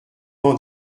m’en